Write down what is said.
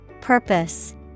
Purpose